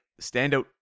standout